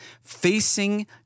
facing